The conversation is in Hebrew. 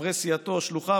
חברי סיעתו ושלוחיו,